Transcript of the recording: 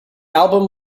album